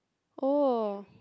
oh